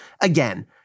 Again